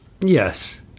Yes